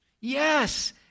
Yes